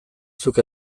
zuk